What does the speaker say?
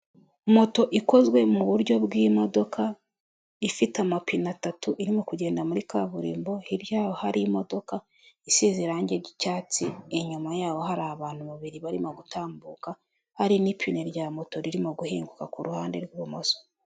Moto ikozwe mu buryo bw'imodoka, ifite amapine atatu irimo kugenda muri kaburimbo, hirya yaho hari imodoka isize irangi ry'icyatsi, inyuma yaho hari abantu babiri barimo gutambuka, hari n'ipine rya moto ririmo guhinguka ku ruhande rw'ibumoso.